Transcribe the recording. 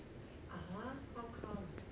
(uh huh) how come